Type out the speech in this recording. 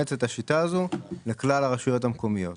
לאמץ את השיטה הזו לכלל הרשויות המקומיות.